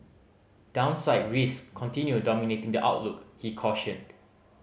downside risk continue dominating the outlook he cautioned